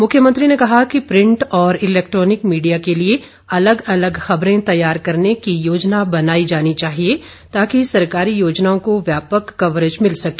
मुख्यमंत्री ने कहा कि प्रिंट और इलैक्ट्रॉनिक मीडिया के लिए अलग अलग खबरें तैयार करने की योजना बनाई जानी चाहिए ताकि सरकारी योजनाओं को व्यापक कवरेज मिल सके